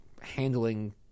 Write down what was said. handling